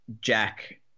Jack